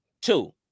Two